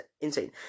insane